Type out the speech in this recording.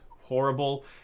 horrible